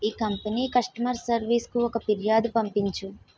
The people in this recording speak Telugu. ఈ కంపెనీ కస్టమర్ సర్వీస్కు ఒక ఫిర్యాదు పంపించు